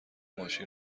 ماشین